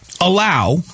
allow